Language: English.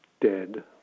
dead